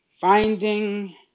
finding